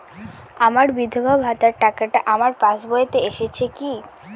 আমার বিধবা ভাতার টাকাটা আমার পাসবইতে এসেছে কি?